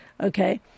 Okay